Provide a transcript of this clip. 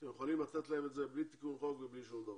אתם יכולים לתת להם בלי תיקון חוק ובלי שום דבר.